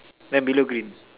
then below green